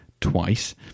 twice